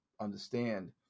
understand